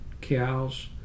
cows